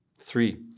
Three